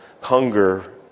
hunger